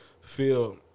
feel